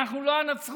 אנחנו לא הנצרות,